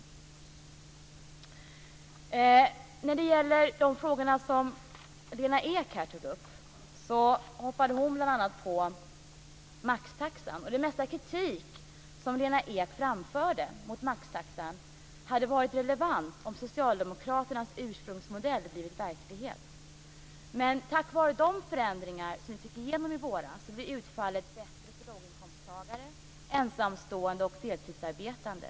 En av de frågor som Lena Ek tog upp var maxtaxan. Det mesta av den kritik som Lena Ek framförde mot maxtaxan hade varit relevant om socialdemokraternas ursprungsmodell hade blivit verklighet. Men tack vare de förändringar som vi fick igenom i våras blev utfallet bättre för låginkomsttagare, ensamstående och deltidsarbetande.